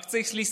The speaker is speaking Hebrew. רק צריך להסתכל.